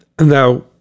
now